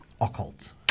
Occult